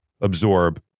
absorb